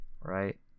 right